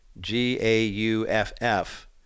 G-A-U-F-F